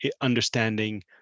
understanding